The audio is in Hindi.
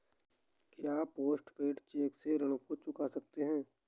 क्या पोस्ट पेड चेक से ऋण को चुका सकते हैं?